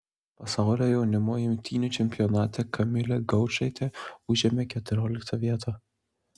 pasaulio jaunimo imtynių čempionate kamilė gaučaitė užėmė keturioliktą vietą